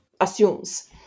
assumes